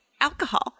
alcohol